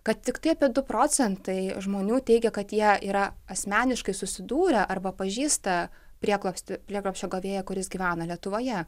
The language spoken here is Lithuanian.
kad tiktai apie du procentai žmonių teigia kad jie yra asmeniškai susidūrę arba pažįsta prieglobstį prieglobsčio gavėją kuris gyvena lietuvoje